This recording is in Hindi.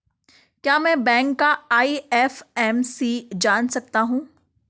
क्या मैं बैंक का आई.एफ.एम.सी जान सकता हूँ?